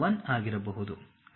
1 ಆಗಿರಬಹುದು